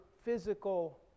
physical